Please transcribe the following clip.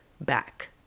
back